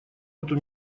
эту